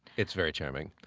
it's very charming.